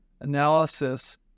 analysis